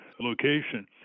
location